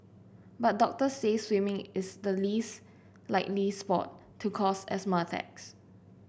but doctors say swimming is the least likely sport to cause asthma attacks